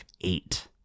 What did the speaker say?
eight